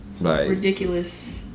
ridiculous